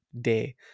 day